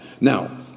Now